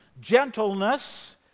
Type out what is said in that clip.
Gentleness